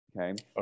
okay